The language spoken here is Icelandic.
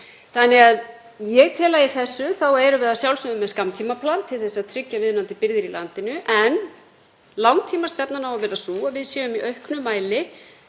og kjöti. Í þessu erum við að sjálfsögðu með skammtímaplan til að tryggja viðunandi birgðir í landinu en langtímastefnan á að vera sú að við séum í auknum mæli